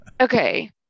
Okay